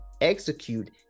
execute